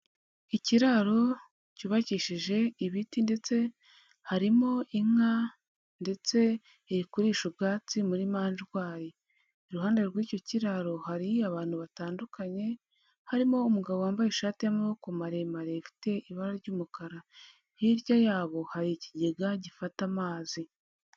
Ikiraro cyubakishije ibiti ndetse, harimo inka ndetse, iri kurisha ubwatsi muri manjwayi. Iruhande rw'icyo kiraro hari abantu batandukanye, harimo umugabo wambaye ishati y'amaboko maremare ifite ibara ry'umukara. Hirya yabo hari ikigega gifata amazi.